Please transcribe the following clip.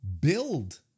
build